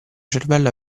cervello